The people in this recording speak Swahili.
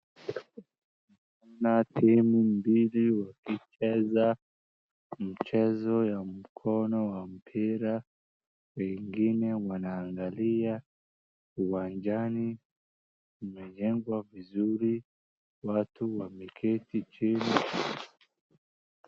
Kuna timu mbili wakicheza mchezo ya mkono wa mpira na wengine wanaangalia uwanjani kumejengwa vizuri, watu wameketi chini.